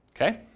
Okay